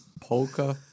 polka